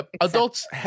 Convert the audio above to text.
Adults